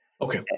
Okay